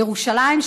ירושלים,